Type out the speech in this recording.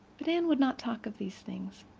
but anne would not talk of these things.